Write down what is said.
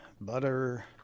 butter